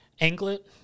anklet